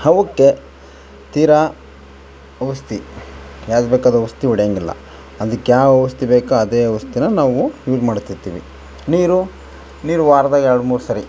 ಅವುಕ್ಕೆ ತೀರ ಔಷಧಿ ಎಲ್ಲಿಬೇಕಾದ್ರು ಔಷಧಿ ಹೊಡೆಯೋಂಗಿಲ್ಲ ಅದಕ್ ಯಾವ ಔಷಧಿ ಬೇಕೊ ಅದೇ ಔಷಧಿ ನಾವು ಯೂಜ್ ಮಾಡ್ತಿರ್ತಿವಿ ನೀರು ನೀರು ವಾರದಾಗೆ ಎರಡು ಮೂರು ಸರಿ